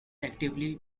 actively